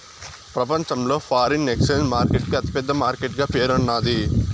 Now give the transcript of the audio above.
ప్రపంచంలో foreign exchange market కి అతి పెద్ద మార్కెట్ గా పేరున్నాది